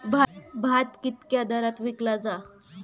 भात कित्क्या दरात विकला जा?